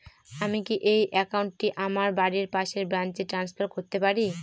আমি কি এই একাউন্ট টি আমার বাড়ির পাশের ব্রাঞ্চে ট্রান্সফার করতে পারি?